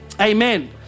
Amen